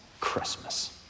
Christmas